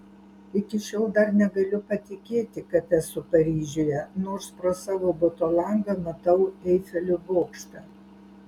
iki šiol dar negaliu patikėti kad esu paryžiuje nors pro savo buto langą matau eifelio bokštą